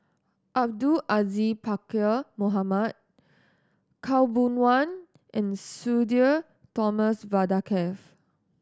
Abdul Aziz Pakkeer Mohamed Khaw Boon Wan and Sudhir Thomas Vadaketh